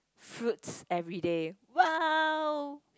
fruits everyday !wow!